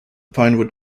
pinewood